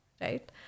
right